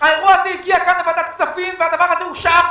האירוע הזה הגיע גם לוועדת הכספים והדבר הזה אושר.